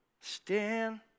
stand